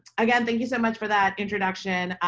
again, thank you so much for that introduction.